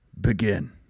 Begin